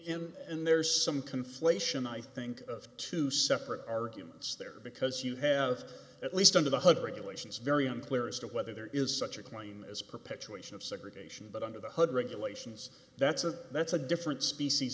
in and there's some conflation i think two separate arguments there because you have at least under the hood regulations very unclear as to whether there is such a claim as perpetuation of segregation but under the hood regulations that's a that's a different species